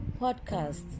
podcast